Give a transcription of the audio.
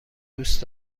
دوست